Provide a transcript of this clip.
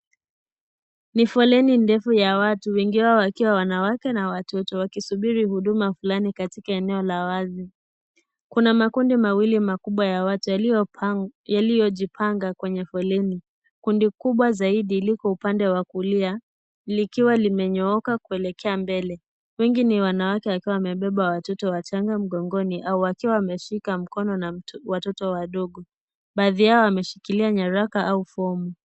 Ni foleni ya watu, wengi wao wakiwa ni wanawake na watoto, wakisubiri huduma fulani katika eneo la wazi. Kuna makundi mawili makubwa ya watu ualiyojipanga kwenye foleni. Kundi kubwa zaidi liko upande wa kulia, likiwa limenyooka kuelekea mbele. Wengi ni wanawake wakiwa wamebeba watoto wachanga mgongoni. Wakiwa wameshika mkono na watoto wadogo. Baadhi yao wameshikilia nyaraka au fomu.